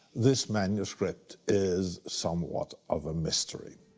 this manuscript is somewhat of a mystery.